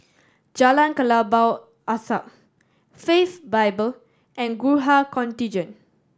Jalan Kelabu Asap Faith Bible and Gurkha Contingent